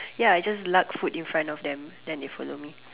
ya I just lug food in front of them then they follow me